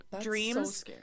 dreams